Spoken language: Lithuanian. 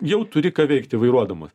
jau turi ką veikti vairuodamas